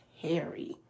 Harry